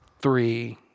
three